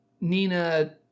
Nina